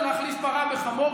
זה להחליף פרה בחמור,